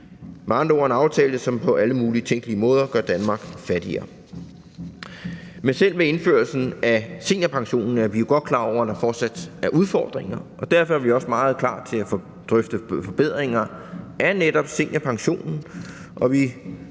ord en aftale, som på alle mulige tænkelige måder gør Danmark fattigere. Men selv med indførelsen af seniorpensionen er vi jo godt klar over, at der fortsat er udfordringer, og derfor er vi også meget klar til at få drøftet forbedringer af netop seniorpensionen,